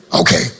Okay